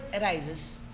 arises